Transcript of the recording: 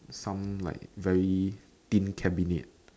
some like very thin cabinet